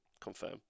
confirm